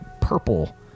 purple